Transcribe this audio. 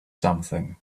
something